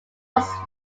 was